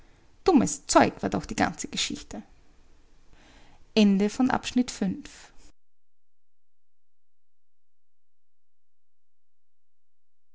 dummes zeug war doch die ganze geschichte